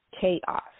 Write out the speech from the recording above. chaos